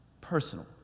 personal